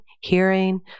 hearing